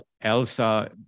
ELSA